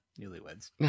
newlyweds